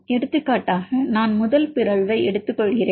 எடுத்துக்காட்டாக நான் முதல் பிறழ்வை எடுத்துக்கொள்கிறேன்